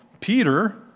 Peter